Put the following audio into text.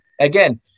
Again